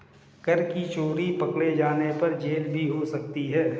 कर की चोरी पकडे़ जाने पर जेल भी हो सकती है